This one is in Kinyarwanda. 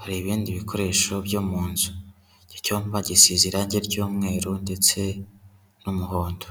hari ibindi bikoresho byo mu nzu. Iki cyumba gisize irange ry'umweru ndetse n'umuhondo.